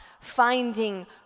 finding